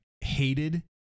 hated